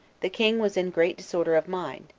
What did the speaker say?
the king was in great disorder of mind,